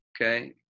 okay